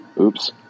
Oops